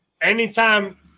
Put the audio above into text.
anytime